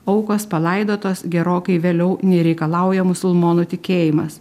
aukos palaidotos gerokai vėliau nei reikalauja musulmonų tikėjimas